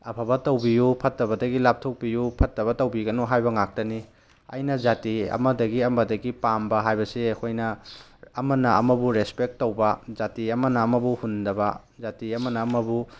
ꯑꯐꯕ ꯇꯧꯕꯤꯌꯨ ꯐꯠꯇꯕꯗꯒꯤ ꯂꯥꯞꯊꯣꯛꯄꯤꯌꯨ ꯐꯠꯇꯕ ꯇꯧꯕꯤꯒꯅꯨ ꯍꯥꯏꯕ ꯉꯥꯛꯇꯅꯤ ꯑꯩꯅ ꯖꯥꯇꯤ ꯑꯃꯗꯒꯤ ꯑꯃꯗꯒꯤ ꯄꯥꯝꯕ ꯍꯥꯏꯕꯁꯤ ꯑꯩꯈꯣꯏꯅ ꯑꯃꯅ ꯑꯃꯕꯨ ꯔꯦꯁꯄꯦꯛ ꯇꯧꯕ ꯖꯥꯇꯤ ꯑꯃꯅ ꯑꯃꯕꯨ ꯍꯨꯟꯗꯕ ꯖꯥꯇꯤ ꯑꯃꯅ ꯑꯃꯕꯨ